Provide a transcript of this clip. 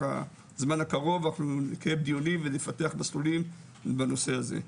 הזמן הקרוב אנחנו נקיים דיונים ונפתח מסלולים בנושא הזה.